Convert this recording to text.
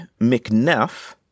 McNeff